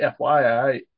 FYI